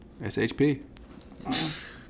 SHP